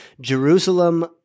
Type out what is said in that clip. Jerusalem